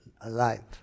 alive